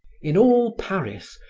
in all paris,